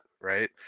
right